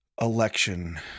election